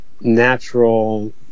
natural